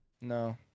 No